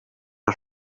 her